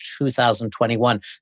2021